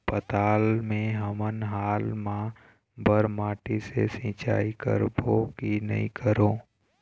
पताल मे हमन हाल मा बर माटी से सिचाई करबो की नई करों?